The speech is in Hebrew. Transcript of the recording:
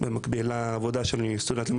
במקביל לעבודה שלי אני גם סטודנט ללימודי